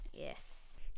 Yes